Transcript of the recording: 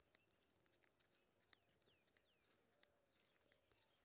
जाहि जगह पर मंडी हैते आ ओहि जगह के किसान अनाज कतय बेचते?